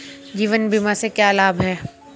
जीवन बीमा से क्या लाभ हैं?